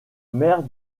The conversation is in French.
maires